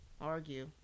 Argue